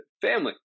family